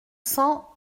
cent